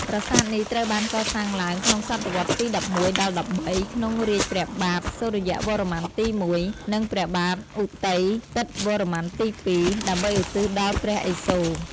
ប្រាសាទនេះត្រូវបានកសាងឡើងក្នុងសតវត្សទី ១១ ដល់ ១៣ ក្នុងរាជ្យព្រះបាទសូរ្យវរ្ម័នទី១ និងព្រះបាទឧទ័យទិត្យវរ្ម័នទី២ ដើម្បីឧទ្ទិសដល់ព្រះឥសូរ។